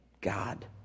God